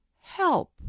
help